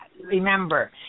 remember